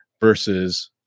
versus